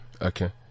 Okay